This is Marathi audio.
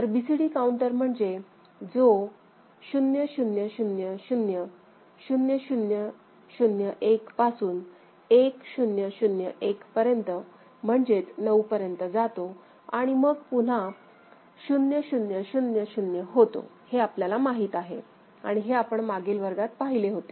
तर BCD काउंटर म्हणजे जो 0000 0001 पासून 1001 पर्यंत म्हणजेच 9 पर्यंत जातो आणि मग पुन्हा 0000 होतो हे आपल्याला माहित आहे आणि हे आपण मागील वर्गात पाहिले होते